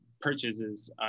purchases